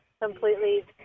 completely